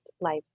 life